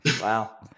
wow